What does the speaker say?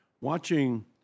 Watching